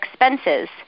expenses